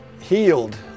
healed